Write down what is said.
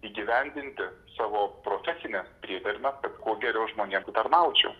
įgyvendinti savo profesines priedermes kad kuo geriau žmonėms tarnaučiau